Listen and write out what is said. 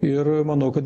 ir manau kad